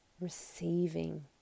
receiving